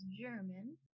german